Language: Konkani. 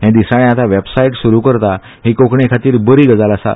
हें दिसाळें आतां वॅबसायट सुरू करता ही कोंकणी खातीर बरी गजाल आसा